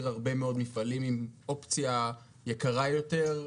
הרבה מאוד מפעלים עם אופציה יקרה יותר,